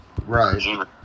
right